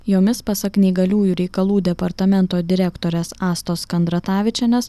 jomis pasak neįgaliųjų reikalų departamento direktorės astos kandratavičienės